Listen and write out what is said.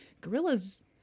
Gorillas